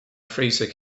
freezer